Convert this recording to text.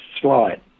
slide